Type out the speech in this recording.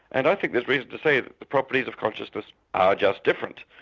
and i think there's reason to say that the properties of consciousness are just different.